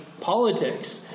politics